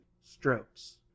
strokes